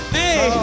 hey